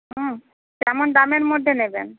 হুম কেমন দামের মধ্যে নেবেন